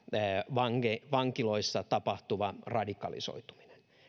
vankiloissa tapahtuva radikalisoituminen